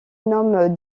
nomme